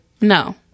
No